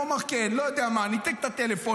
הוא אמר, כן, לא יודע מה, ניתק את הטלפון.